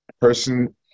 person